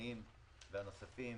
הארגונים הנוספים